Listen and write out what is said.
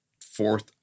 fourth